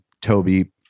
Toby